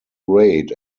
great